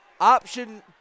Option